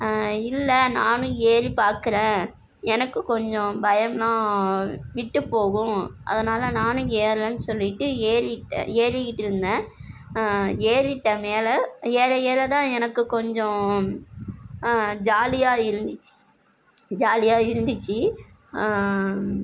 இல்லை நானும் ஏறி பார்க்குறன் எனக்கும் கொஞ்சம் பயம்னா விட்டுப்போகும் அதனால் நானும் ஏர்றேன் சொல்லிகிட்டு ஏறிட்டேன் ஏறிக்கிட்டு இருந்தேன் ஏறிட்டேன் மேலே எற ஏறத்தான் எனக்கு கொஞ்சம் ஜாலியாக இருந்துசி ஜாலியாக இருந்துச்சி